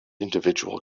individual